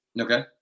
Okay